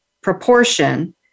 proportion